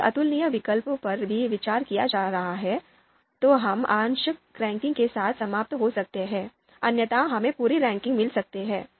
यदि अतुलनीय विकल्पों पर भी विचार किया जा रहा है तो हम आंशिक रैंकिंग के साथ समाप्त हो सकते हैं अन्यथा हमें पूरी रैंकिंग मिल सकती है